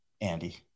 Andy